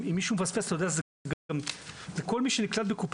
הנוכחי, אז צריך גם היערכות עתידית לכל דבר